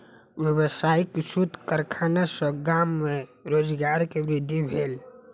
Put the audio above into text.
व्यावसायिक सूतक कारखाना सॅ गाम में रोजगार के वृद्धि भेल